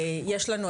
יש לנו,